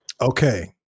Okay